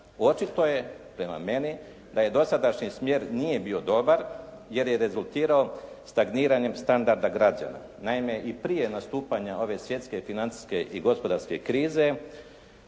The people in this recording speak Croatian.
Očito je, prema meni, da je dosadašnji smjer nije bio dobar jer je rezultirao stagniranjem standarda građana. Naime i prije nastupanja ove svjetske, financijske i gospodarske krize